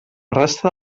resta